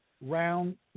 Round